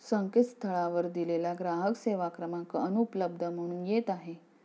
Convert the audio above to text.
संकेतस्थळावर दिलेला ग्राहक सेवा क्रमांक अनुपलब्ध म्हणून येत आहे